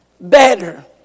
better